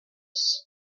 use